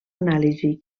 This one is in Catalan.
anàlisi